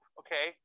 okay